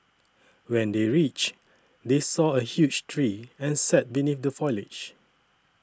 when they reached they saw a huge tree and sat beneath the foliage